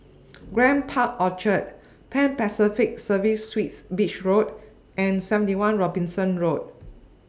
Grand Park Orchard Pan Pacific Serviced Suites Beach Road and seventy one Robinson Road